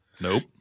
Nope